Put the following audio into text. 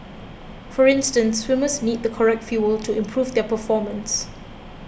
for instance swimmers need the correct fuel to improve their performance